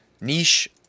niche